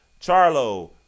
Charlo